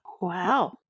Wow